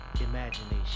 imagination